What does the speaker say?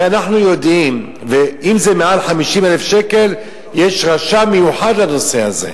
אם זה מעל 50,000 שקל, יש רשם מיוחד לנושא הזה.